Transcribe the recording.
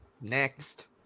Next